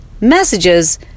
messages